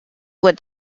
would